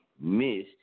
Miss